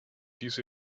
diese